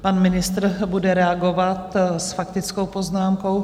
Pan ministr bude reagovat s faktickou poznámkou.